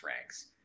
ranks